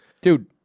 dude